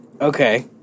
Okay